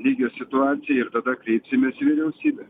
lygio situaciją ir tada kreipsimės į vyriausybę